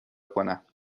کنم